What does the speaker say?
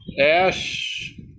Ash